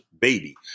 baby